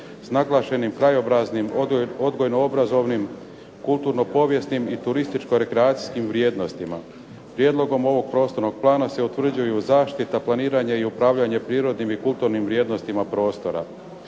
s naglašenim krajobraznim, odgojno-obrazovnim, kulturno-povijesnim i turističko-rekreacijskim vrijednostima. Prijedlogom ovog prostornog plana se utvrđuju zaštita, planiranje i upravljanje prirodnim i kulturnim vrijednostima prostora.